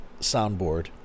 soundboard